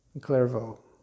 Clairvaux